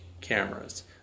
cameras